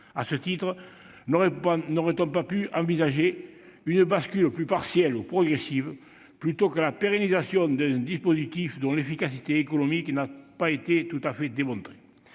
À ce titre, n'aurait-on pu envisager une bascule plus partielle ou progressive plutôt que la pérennisation d'un dispositif dont l'efficacité économique n'a pas été tout à fait démontrée ?